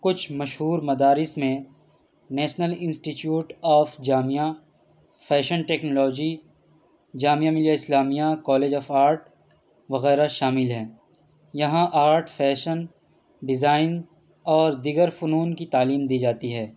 کچھ مشہور مدارس میں national institute of Jamia fashion technology Jamia Millia Islamia college of art وغیرہ شامل ہیں یہاں آرٹ فیشن ڈیزائن اور دیگر فنون کی تعلیم دی جاتی ہے